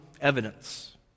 evidence